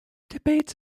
debates